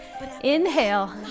Inhale